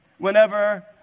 Whenever